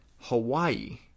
Hawaii